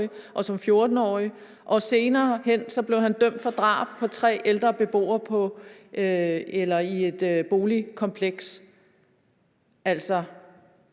og som 14-årig, og senere hen blev han dømt for drab på tre ældre beboere i et boligkompleks.